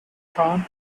khan